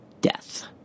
death